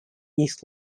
east